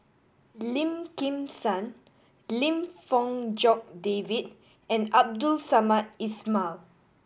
Lim Kim San Lim Fong Jock David and Abdul Samad Ismail